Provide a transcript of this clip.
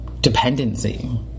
dependency